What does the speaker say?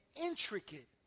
intricate